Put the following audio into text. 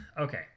Okay